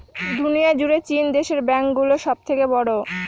দুনিয়া জুড়ে চীন দেশের ব্যাঙ্ক গুলো সব থেকে বড়ো